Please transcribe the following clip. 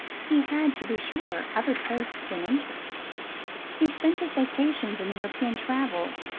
he had, to be sure, other tastes and interests he spent his vacations in european travel,